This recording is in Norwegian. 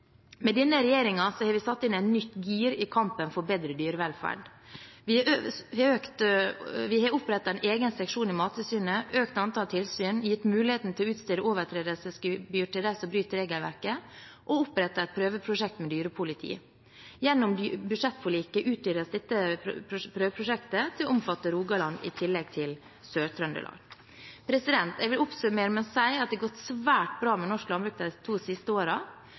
Med denne regjeringen har vi satt inn et nytt gir i kampen for bedre dyrevelferd. Vi har opprettet en egen seksjon i Mattilsynet, økt antallet tilsyn, gitt muligheten til å utstede overtredelsesgebyr til dem som bryter regelverket, og opprettet et prøveprosjekt med dyrepoliti. Gjennom budsjettforliket utvides dette prøveprosjektet til å omfatte Rogaland, i tillegg til Sør-Trøndelag. Jeg vil oppsummere med å si at det har gått svært bra med norsk landbruk de to siste